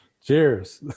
Cheers